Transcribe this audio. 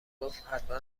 گفت، حتما